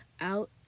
out